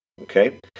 Okay